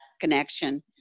connection